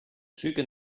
züge